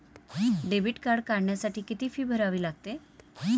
Debit card काढण्यासाठी किती fee भरावी लागते?